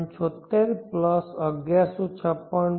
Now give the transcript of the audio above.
76 plus 1156